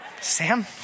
Sam